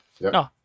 No